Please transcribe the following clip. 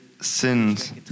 Sins